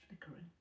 flickering